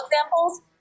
examples